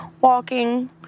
walking